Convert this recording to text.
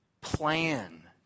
plan